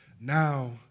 Now